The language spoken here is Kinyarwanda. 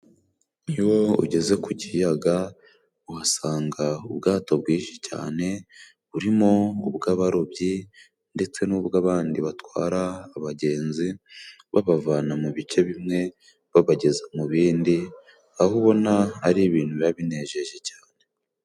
Iyo ugeze ku kiyaga， uhasanga ubwato bwinshi cyane，burimo bw'abarobyi， ndetse n'ubw'abandi batwara abagenzi，babavana mu bice bimwe babageza mu bindi， aho ubona ari ibintu biba binejeje cyane.